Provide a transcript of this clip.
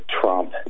Trump